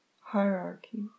hierarchy